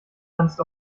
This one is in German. tanzt